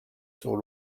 sur